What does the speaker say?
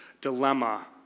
dilemma